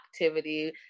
activity